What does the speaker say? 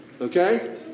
Okay